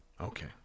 Okay